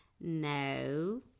no